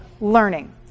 learning